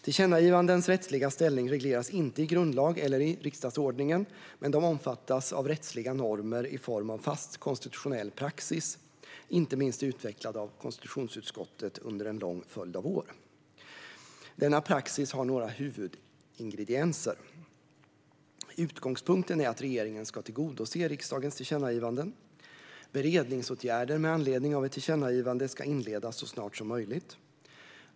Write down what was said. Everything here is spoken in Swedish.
Tillkännagivandens rättsliga ställning regleras inte i grundlag eller i riksdagsordningen, men de omfattas av rättsliga normer i form av fast konstitutionell praxis, inte minst utvecklad av konstitutionsutskottet under en lång följd av år. Denna praxis har några huvudingredienser. Utgångspunkten är att regeringen ska tillgodose riksdagens tillkännagivanden. Beredningsåtgärder med anledning av ett tillkännagivande ska inledas så snart som möjligt.